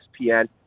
ESPN